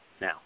now